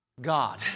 God